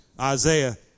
Isaiah